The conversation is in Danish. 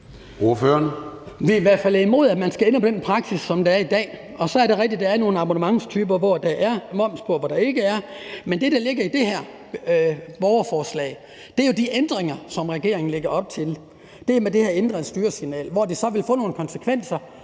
Vi er i hvert fald imod, at man skal ændre på den praksis, der er i dag. Og så er det rigtigt, at der er nogle abonnementstyper, hvor der er moms på, og hvor der ikke er. Men det, der ligger i det her borgerforslag, er de ændringer, som regeringen lægger op til, altså det her ændrede styresignal, hvor det så vil få nogle konsekvenser